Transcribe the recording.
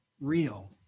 real